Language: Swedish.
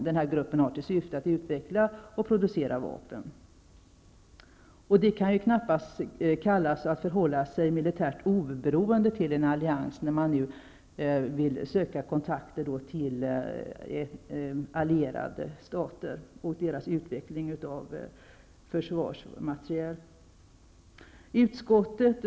Den här gruppen har till syfte att utveckla och producera vapen. Det kan ju knappast kallas att förhålla sig militärt oberoende till en allians när man nu vill söka kontakter med allierade stater och deras utveckling av försvarsmateriel.